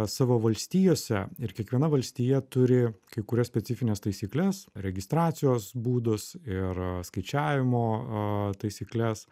savo valstijose ir kiekviena valstija turi kai kurias specifines taisykles registracijos būdus ir skaičiavimo taisykles